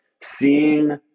seeing